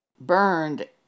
burned